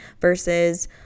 versus